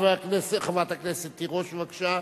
חברת הכנסת תירוש, בבקשה.